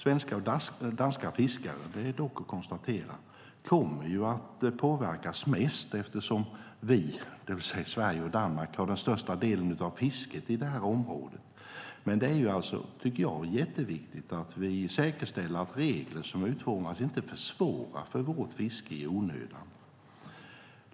Svenska och danska fiskare - det är dock att konstatera - kommer ju att påverkas mest eftersom Sverige och Danmark tar den största delen av fisket i detta område. Jag tycker att det är jätteviktigt att vi säkerställer att de regler som utformas inte försvårar för vårt fiske i onödan.